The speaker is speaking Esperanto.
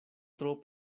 tro